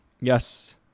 yes